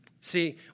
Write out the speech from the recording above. See